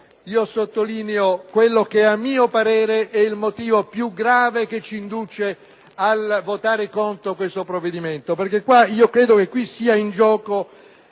sottolineo quello che a mio parere è il motivo più grave che ci induce a votare contro questo provvedimento: credo che nel nostro Paese sia in gioco